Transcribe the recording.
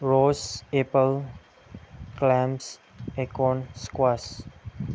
rose apple clams acorn squash